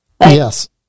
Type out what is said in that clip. Yes